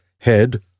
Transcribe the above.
head